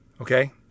okay